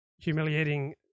humiliating